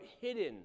hidden